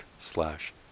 slash